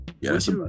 Yes